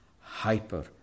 hyper